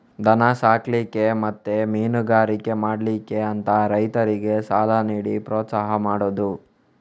ದನ ಸಾಕ್ಲಿಕ್ಕೆ ಮತ್ತೆ ಮೀನುಗಾರಿಕೆ ಮಾಡ್ಲಿಕ್ಕೆ ಅಂತ ರೈತರಿಗೆ ಸಾಲ ನೀಡಿ ಪ್ರೋತ್ಸಾಹ ಮಾಡುದು